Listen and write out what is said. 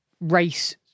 race